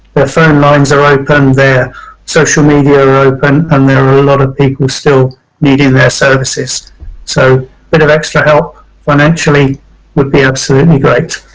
their phone lines are open, their social media are open and there are a lot of people still needing their services so bit of extra help financially would be absolutely great.